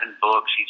books